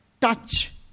touch